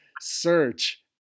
search